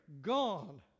gone